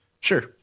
Sure